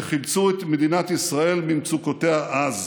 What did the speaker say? שחילצו את מדינת ישראל ממצוקותיה אז.